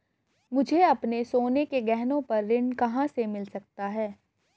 मुझे अपने सोने के गहनों पर ऋण कहां से मिल सकता है?